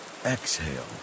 Exhale